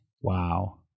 Wow